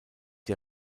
der